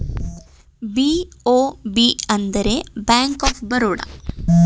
BOB ಅಂದರೆ Bank of Baroda